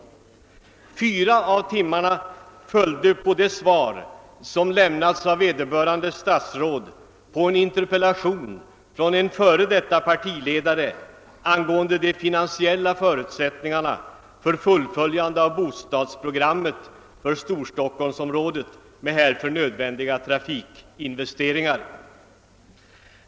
Fyra av timmarna följde på det svar som lämnats av vederbörande statsråd på en interpellation från en f.d. partiledare angående de finansiella förutsättningarna för fullföljande av bostadsbyggnadsprogrammet för Storstockholmsområdet med härför nödvändiga trafikinvesteringar.